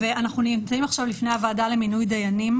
אנחנו נמצאים עכשיו לפני הוועדה למינוי דיינים,